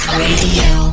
radio